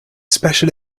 special